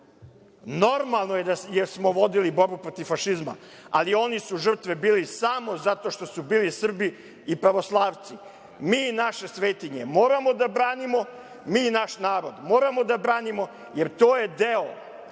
je da, jer smo vodili borbu protiv fašizma, ali oni su žrtve bili samo zato što su bili Srbi i pravoslavci. Mi naše svetinje moramo da branimo. Mi naš narod moramo da branimo, jer to je deo